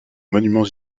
monuments